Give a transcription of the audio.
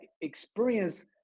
experience